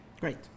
Great